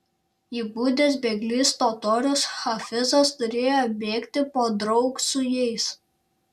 įgudęs bėglys totorius hafizas turėjo bėgti podraug su jais